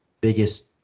biggest